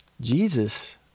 Jesus